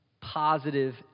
positive